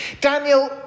Daniel